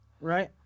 right